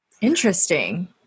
Interesting